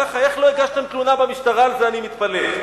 איך לא הגשתם תלונה במשטרה, על זה אני מתפלא.